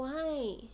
why